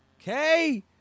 Okay